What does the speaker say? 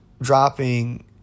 dropping